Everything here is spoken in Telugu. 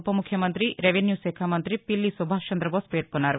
ఉపముఖ్యమంతి రెవెన్యూ శాఖ మంతి పిల్లి సుభాష్ చందబోస్ పేర్కొన్నారు